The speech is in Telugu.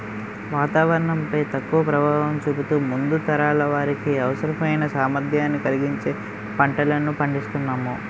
వాతావరణం పై తక్కువ ప్రభావం చూపుతూ ముందు తరాల వారికి అవసరమైన సామర్థ్యం కలిగించే పంటలను పండిస్తునాం